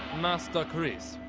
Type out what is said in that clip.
master chris,